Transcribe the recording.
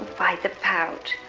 why the pout?